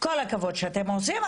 כל הכבוד שאתם עושים,